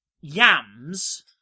yams